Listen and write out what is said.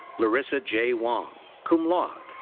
larissa j. wong, cum laude.